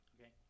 Okay